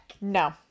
No